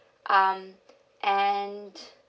um and